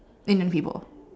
Indian people